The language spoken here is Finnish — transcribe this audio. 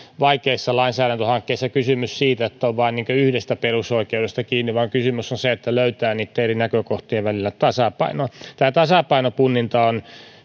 vaikeissa lainsäädäntöhankkeissa kysymys siitä että on vain yhdestä perusoikeudesta kiinni vaan kysymys on siitä että löytää niitten eri näkökohtien välillä tasapainon tämä tasapainopunninta on